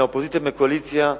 מהאופוזיציה ומהקואליציה,